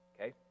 okay